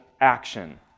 action